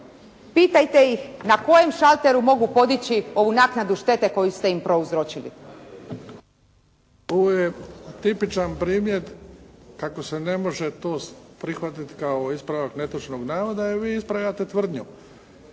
pitajte ih na kojem šalteru mogu podići ovu naknadu štete koju ste im prouzročili. **Bebić, Luka (HDZ)** Ovo je tipičan primjer kao se ne može to prihvatiti kao ispravak netočnog navoda, jer vi ispravljate tvrdnju.